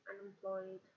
unemployed